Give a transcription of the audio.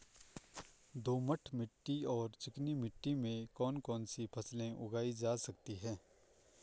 दोमट मिट्टी और चिकनी मिट्टी में कौन कौन सी फसलें उगाई जा सकती हैं?